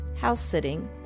house-sitting